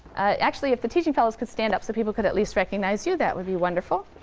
actually, if the teaching fellows could stand up so people could at least recognize you, that would be wonderful.